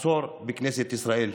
עשור בכנסת ישראל,